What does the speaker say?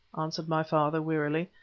answered my father, wearily,